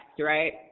right